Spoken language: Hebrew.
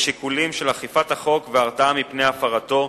בשיקולים של אכיפת החוק והרתעה מפני הפרתו,